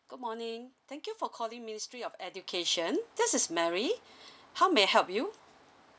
good morning thank you for calling ministry of education this is mary how may I help you